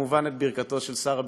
וכמובן, את ברכתו של שר הביטחון,